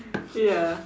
ya